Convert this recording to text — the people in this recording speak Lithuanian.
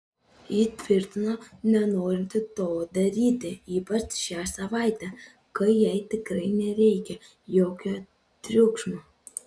ji tvirtino nenorinti to daryti ypač šią savaitę kai jai tikrai nereikia jokio triukšmo